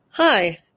Hi